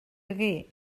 hagué